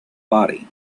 body